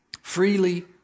freely